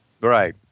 right